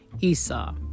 Esau